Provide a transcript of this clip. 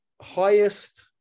highest